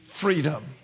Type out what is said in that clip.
freedom